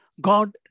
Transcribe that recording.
God